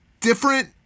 different